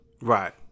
Right